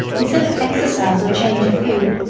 instead of exercise or change of food,